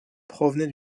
provenait